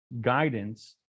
guidance